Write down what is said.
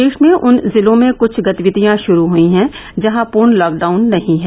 प्रदेश में उन जिलों में कुछ गतिविधियाँ शुरू हुई हैं जहां पूर्ण लॉकडाउन नहीं हैं